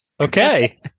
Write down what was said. Okay